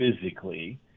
physically